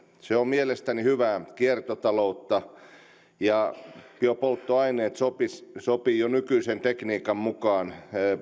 se on mielestäni hyvää kiertotaloutta ja biopolttoaineet sopivat jo nykyisen tekniikan mukaan